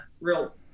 real